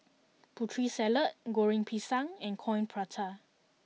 Putri Salad Goreng Pisang and Coin Prata